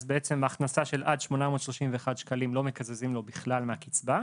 אז בעצם ההכנסה של עד 831 שקלים לא מקזזים לו בכלל מהקצבה,